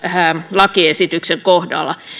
lakiesityksen kohdalla